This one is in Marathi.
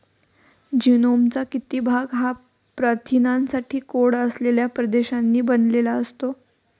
जीनोमचा किती भाग हा प्रथिनांसाठी कोड असलेल्या प्रदेशांनी बनलेला असतो?